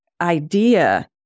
idea